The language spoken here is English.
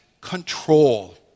control